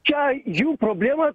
čia jų problema